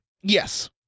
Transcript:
Yes